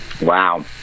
Wow